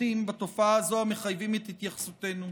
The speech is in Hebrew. היבטים בתופעה הזאת המחייבים את התייחסותנו.